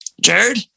Jared